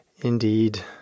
indeed